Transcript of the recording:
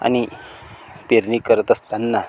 आणि पेरणी करत असताना